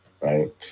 right